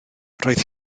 roedd